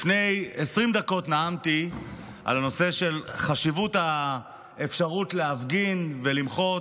לפני 20 דקות נאמתי על חשיבות האפשרות להפגין ולמחות,